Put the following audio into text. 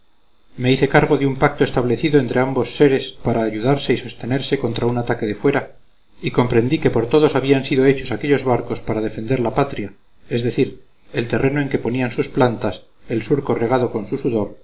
me hice cargo de un pacto establecido entre tantos seres para ayudarse y sostenerse contra un ataque de fuera y comprendí que por todos habían sido hechos aquellos barcos para defender la patria es decir el terreno en que ponían sus plantas el surco regado con su sudor